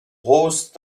rose